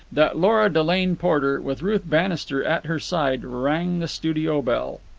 that lora delane porter, with ruth bannister at her side, rang the studio bell.